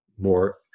more